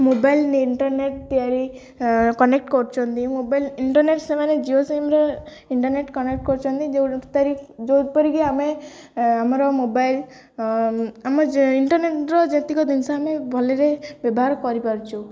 mobile internet ତିଆରି connect କରୁଛନ୍ତି mobile internet ସେମାନେ ଜିଓ ସିମରେ ଇଣ୍ଟରନେଟ କନେକ୍ଟ କରୁଛନ୍ତି ଯୋଉ ଯୋଉଥିରେକି ଆମେ ଆମର ମୋବାଇଲ ଆମ ଇଣ୍ଟରନେଟର ଯେତିକ ଜିନିଷ ଆମେ ଭଲରେ ବ୍ୟବହାର କରିପାରୁଛୁ